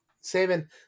Saving